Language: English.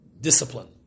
discipline